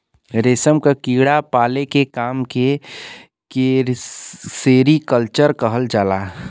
रेशम क कीड़ा पाले के काम के सेरीकल्चर कहल जाला